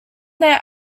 their